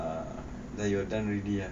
ah then you're done already ah